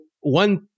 one